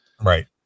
Right